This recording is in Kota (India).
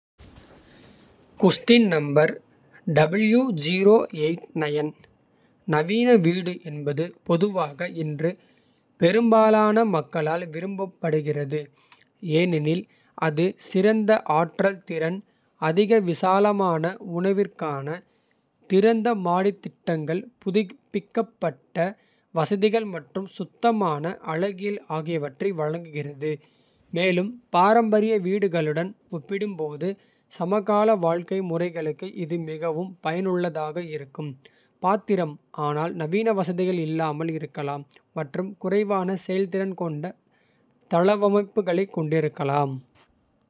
நவீன வீடு என்பது பொதுவாக இன்று பெரும்பாலான மக்களால். விரும்பப்படுகிறது ஏனெனில் அது சிறந்த ஆற்றல் திறன். அதிக விசாலமான உணர்விற்கான திறந்த மாடித் திட்டங்கள். புதுப்பிக்கப்பட்ட வசதிகள் மற்றும் சுத்தமான அழகியல். ஆகியவற்றை வழங்குகிறது மேலும் பாரம்பரிய வீடுகளுடன். ஒப்பிடும்போது சமகால வாழ்க்கை முறைகளுக்கு இது மிகவும். பயனுள்ளதாக இருக்கும் பாத்திரம் ஆனால் நவீன வசதிகள். இல்லாமல் இருக்கலாம் மற்றும் குறைவான செயல்திறன். கொண்ட தளவமைப்புகளைக் கொண்டிருக்கலாம்.